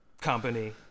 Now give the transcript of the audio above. company